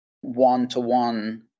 one-to-one